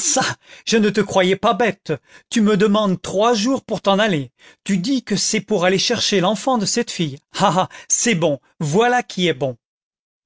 je ne te croyais pas bête tu me demandes trois jours pour t'en aller tu dis que c'est pour aller chercher l'enfant de cette fille ah ah c'est bon voilà qui est bon